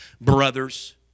brothers